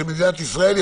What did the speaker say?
מדינת ישראל,